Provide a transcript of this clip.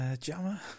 Jammer